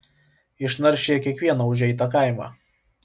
išnaršė jie kiekvieną užeitą kaimą